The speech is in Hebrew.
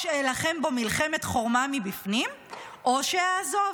או שאילחם בו מלחמת חורמה מבפנים או שאעזוב.